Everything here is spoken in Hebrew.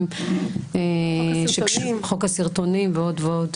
גם חוק הסרטונים ועוד ועוד.